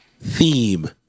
theme